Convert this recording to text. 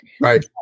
Right